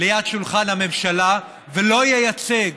ליד שולחן הממשלה ולא ייצג,